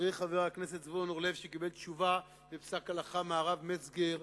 חברי חבר הכנסת זבולון אורלב שקיבל תשובה בפסק הלכה מהרב מצגר,